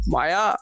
Maya